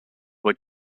were